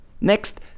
Next